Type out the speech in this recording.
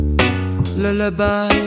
Lullaby